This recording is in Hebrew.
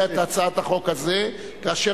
אדוני הציע את הצעת החוק הזאת כאשר